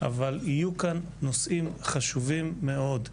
אבל יהיו כאן נושאים חשובים מאוד.